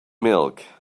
milk